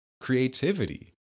creativity